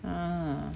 err